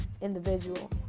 individual